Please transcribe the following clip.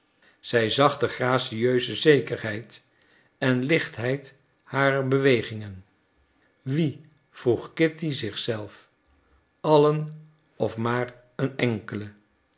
zij zag de gracieuse zekerheid en lichtheid harer bewegingen wie vroeg kitty zich zelf allen of maar een enkele